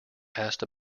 asked